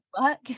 work